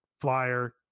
flyer